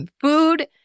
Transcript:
food